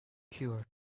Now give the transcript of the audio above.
cure